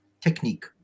technique